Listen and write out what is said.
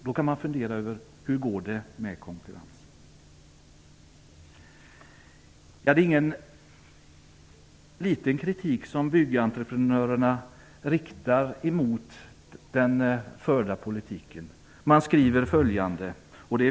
Då kan man fundera på hur det går med konkurrensen. Det är ingen liten kritik som Byggentreprenörerna riktar mot den förda politiken.